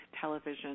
television